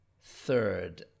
third